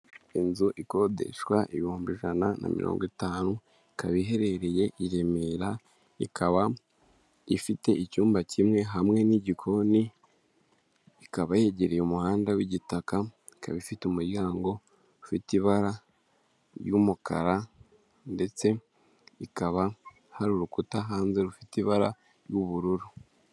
Inzu ikodeshwa ibihumbi ijana na mirongo itanu, ikaba iherereye i Remera ikaba ifite icyumba kimwe hamwe n'igikoni, ikaba yegereye umuhanda w'igitaka ikaba ifite umuryango ufite ibara ry'umukara, ndetse ikaba hari urukuta hanze rufite ibara ry'ubururu.